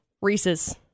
reese's